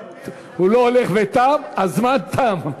הוא לא הולך ותם, הזמן תם.